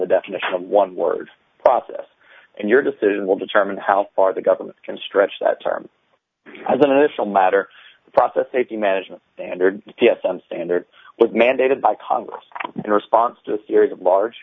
the definition of one word process and your decision will determine how far the government can stretch that term as an initial matter the process safety management standard t s m standard was mandated by congress in response to a series of large